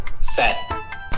set